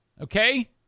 Okay